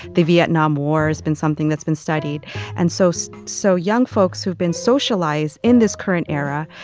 the vietnam war has been something that's been studied and so so so young folks who've been socialized in this current era,